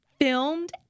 filmed